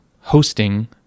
hosting